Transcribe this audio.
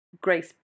grace